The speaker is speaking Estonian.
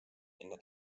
enne